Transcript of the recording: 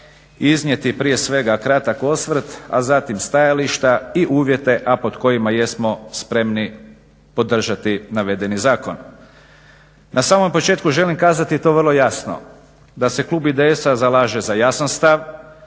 iznijeti prije svega kratak osvrt a zatim stajališta i uvjete a pod kojima jesmo spremni podržati navedeni zakon. Na samom početku želim kazati to vrlo jasno, da se Klub IDS-a zalaže za jasan stav,